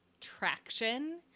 traction